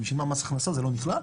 אם היא שילמה מס הכנסה זה לא נכלל.